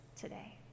today